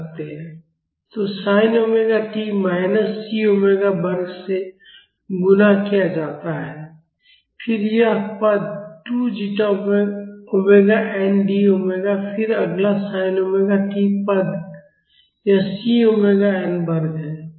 तो sine omega t minus c omega वर्ग से गुणा किया जाता है फिर यह पद 2 zeta omega n d omega फिर अगला sin ओमेगा टी पद यह सी ओमेगा एन वर्ग है